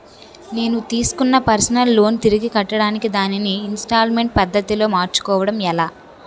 నేను తిస్కున్న personal loan తిరిగి కట్టడానికి దానిని ఇంస్తాల్మేంట్ పద్ధతి లో మార్చుకోవడం ఎలా?